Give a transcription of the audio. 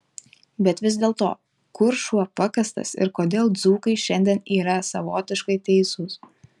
bet vis dėlto kur šuo pakastas ir kodėl dzūkai šiandien yra savotiškai teisūs